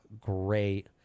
great